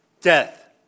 death